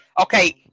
Okay